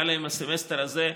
היה להם הסמסטר הזה,